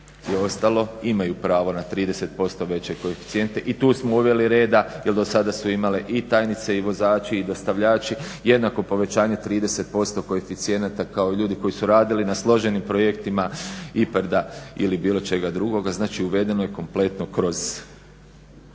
imaju pravo na 30% veće koeficijente i tu smo uveli reda. Jer do sada su imale i tajnice i vozači i dostavljači jednako povećanje 30% koeficijenata kao i ljudi koji su radili na složenim projektima IPARD-a ili bilo čega drugoga. Znači uvedeno je kompletno kroz